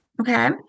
Okay